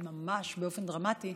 ממש באופן דרמטי,